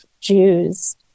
Jews